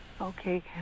Okay